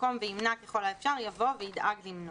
במקום "וימנע ככל האפשר" יבוא "וידאג למנוע".